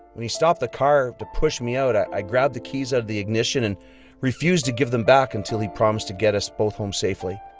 when he stopped the car to push me out, i grabbed the keys out of the ignition and refused to give them back until he promised to get us both home safely.